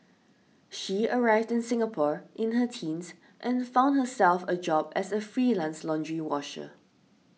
she arrived in Singapore in her teens and found herself a job as a freelance laundry washer